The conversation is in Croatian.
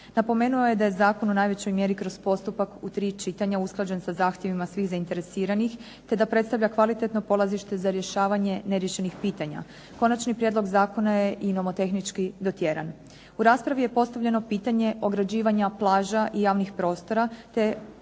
Napomenuo je da je Zakon u najvećoj mjeri kroz postupak u tri čitanja usklađen sa zahtjevima sa svim zainteresiranih te da predstavlja kvalitetno polazište za rješavanje neriješenih pitanja. Konačni prijedlog Zakona je nomotehnički dotjeran. U raspravi je postavljeno pitanje ograđivanja plaža te javnih prostora, te